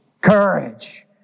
Courage